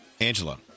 angela